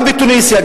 גם בתוניסיה,